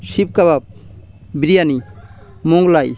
শিক কাবাব বিরিয়ানি মোগলাই